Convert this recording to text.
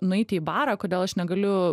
nueiti į barą kodėl aš negaliu